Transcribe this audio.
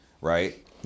Right